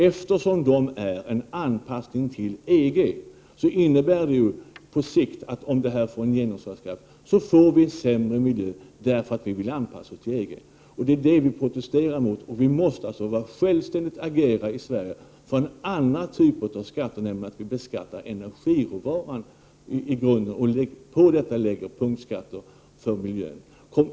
Eftersom de innebär en anpassning till EG är det så att vi, om de får genomslagskraft, på sikt får sämre miljö därför att vi vill anpassa oss till EG. Det protesterar vi emot. Vi måste i Sverige agera självständigt för en annan typ av skatter: Vi måste införa en beskattning av energiråvaran i grunden och på detta lägga punktskatter för miljön.